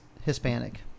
Hispanic